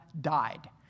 died